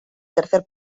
tercer